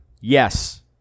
yes